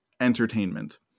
entertainment